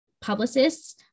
publicists